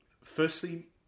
Firstly